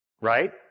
right